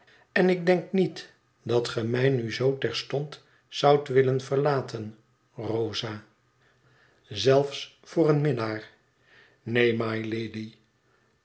en ik denk niet dat ge mij nu zoo terstond zoudt willen verlaten rosa zelfs voor een minnaar neen mylady